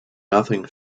nothing